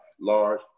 large